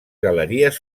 galeries